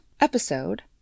episode